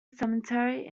cemetery